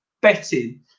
betting